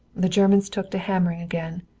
the germans took to hammering again.